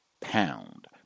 pound